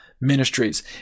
ministries